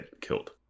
killed